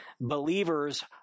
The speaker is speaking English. believers